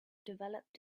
developed